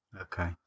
Okay